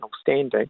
standing